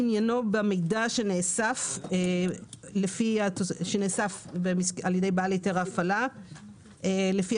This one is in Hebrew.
עניינו במידע שנאסף על ידי בעל היתר ההפעלה לפי